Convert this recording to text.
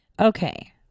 Okay